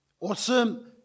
awesome